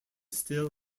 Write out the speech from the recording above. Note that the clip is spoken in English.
still